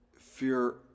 fear